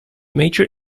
major